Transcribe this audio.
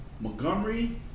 Montgomery